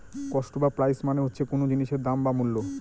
cost বা price মানে হচ্ছে কোন জিনিসের দাম বা মূল্য